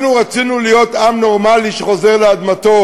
אנחנו רצינו להיות עם נורמלי שחוזר לאדמתו